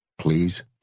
please